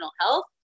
health